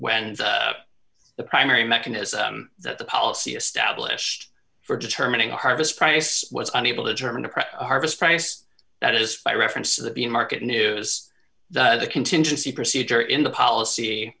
when the primary mechanism that the policy established for determining a harvest price was unable to determine to harvest price that is by reference to the market news as a contingency procedure in the policy